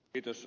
videos